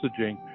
messaging